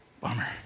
Bummer